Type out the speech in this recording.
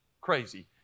crazy